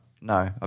No